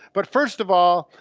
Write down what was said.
but first of all,